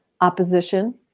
opposition